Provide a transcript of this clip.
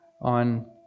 on